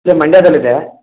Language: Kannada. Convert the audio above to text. ಇಲ್ಲೇ ಮಂಡ್ಯದಲ್ಲಿದೆ